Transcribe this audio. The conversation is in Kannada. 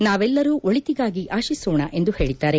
ನಾವೆಲ್ಲರೂ ಒಳಿತಿಗಾಗಿ ಆಶಿಸೋಣ ಎಂದು ಹೇಳಿದ್ದಾರೆ